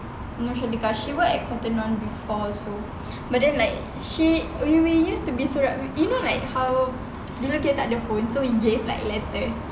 you know syadika she work at cotton on before but then like she we used to be so rapat you know like how dulu kia tak ada phone so we gave like letters